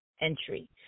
entry